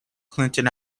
clinton